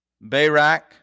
Barak